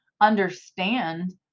understand